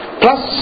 plus